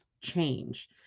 change